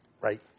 Right